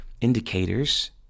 indicators